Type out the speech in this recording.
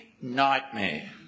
nightmare